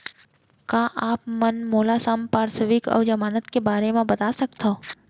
का आप मन मोला संपार्श्र्विक अऊ जमानत के बारे म बता सकथव?